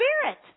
Spirit